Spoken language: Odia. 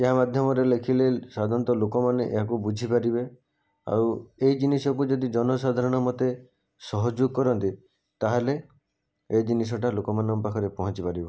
ଏହା ମାଧ୍ୟମରେ ଲେଖିଲେ ସାଧାରଣତଃ ଲୋକମାନେ ଏହାକୁ ବୁଝିପାରିବେ ଆଉ ଏଇ ଜିନିଷକୁ ଯଦି ଜନସାଧାରଣ ମୋତେ ସହଯୋଗ କରନ୍ତି ତାହେଲେ ଏ ଜିନିଷଟା ଲୋକମାନଙ୍କ ପାଖରେ ପହଞ୍ଚି ପାରିବ